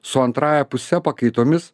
su antrąja puse pakaitomis